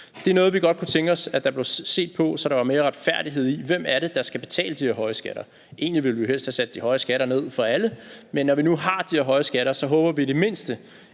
Det er noget, vi godt kunne tænke os at der blev set på, så der var mere retfærdighed i, hvem det er, der skal betale de der høje skatter. Egentlig ville vi jo helst have sat de høje skatter ned for alle, men når vi nu har de her høje skatter, håber vi i det mindste,